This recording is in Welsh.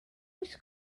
oes